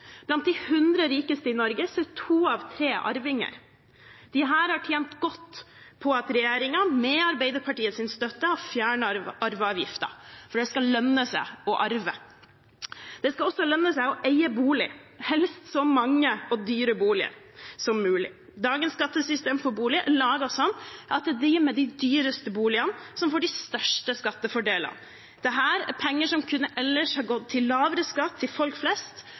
Blant de 100 rikeste i Norge er to av tre arvinger. De har tjent godt på at regjeringen, med Arbeiderpartiets støtte, har fjernet arveavgiften – for det skal lønne seg å arve. Det skal også lønne seg å eie bolig, helst så mange og dyre boliger som mulig. Dagens skattesystem for bolig er laget slik at det er de med de dyreste boligene som får de største skattefordelene. Dette er penger som ellers kunne ha gått til lavere skatt til folk flest